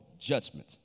judgment